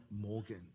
Morgan